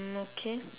mm okay